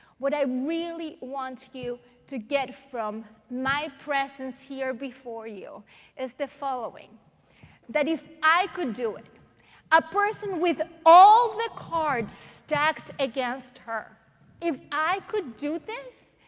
what i really want you to get from my presence here before you is the following that if i could do it a person with all the cards stacked against her if i could do this,